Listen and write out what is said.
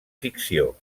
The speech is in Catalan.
ficció